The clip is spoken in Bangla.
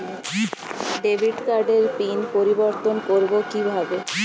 ডেবিট কার্ডের পিন পরিবর্তন করবো কীভাবে?